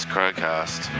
Crowcast